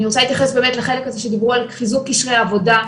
אני רוצה להתייחס לחלק הזה שדיברו על חיזוק קשרי עבודה,